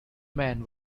man